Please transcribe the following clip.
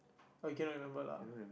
oh you cannot remember lah